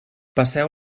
passeu